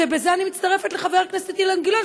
ובזה אני מצטרפת לחבר הכנסת אילן גילאון,